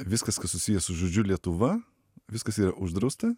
viskas kas susiję su žodžiu lietuva viskas yra uždrausta